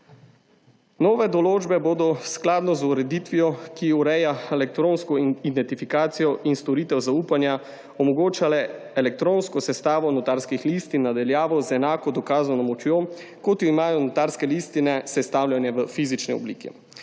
Nove določbe bodo skladnjo z ureditvijo, ki ureja elektronsko identifikacijo in storitev zaupanja, omogočale elektronsko sestavo notarskih listin na daljavo z enako dokazano močjo, kot jo imajo notarske listine, sestavljene v fizični obliki.